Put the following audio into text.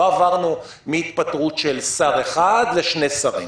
לא עברנו מהתפטרות של שר אחד לשני שרים.